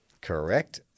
Correct